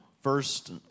first